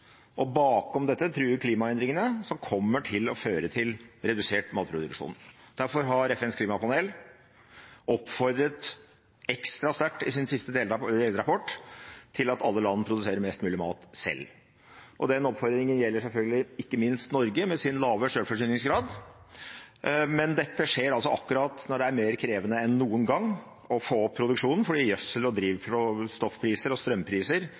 før. Bakom dette truer klimaendringene, som kommer til å føre til redusert matproduksjon. Derfor har FNs klimapanel oppfordret ekstra sterkt, i sin siste delrapport, til at alle land produserer mest mulig mat selv. Den oppfordringen gjelder selvfølgelig ikke minst Norge, med sine lave selvforsyningsgrad. Dette skjer altså akkurat når det er mer krevende enn noen gang å få opp produksjonen fordi gjødselpriser, drivstoffpriser og strømpriser